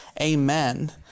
Amen